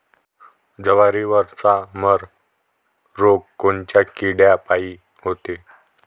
जवारीवरचा मर रोग कोनच्या किड्यापायी होते?